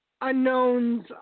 unknowns